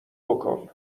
بکن